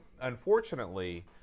unfortunately